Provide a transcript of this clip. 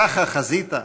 ככה חזית?